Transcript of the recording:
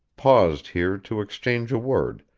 paused here to exchange a word,